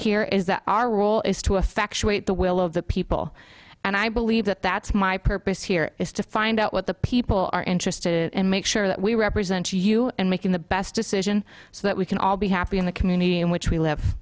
hear is that our role is to a factual at the will of the people and i believe that that's my purpose here is to find out what the people are interested in make sure that we represent you and making the best decision so that we can all be happy in the community in which we live